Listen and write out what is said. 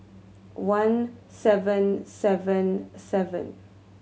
one seven seven seven